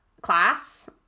class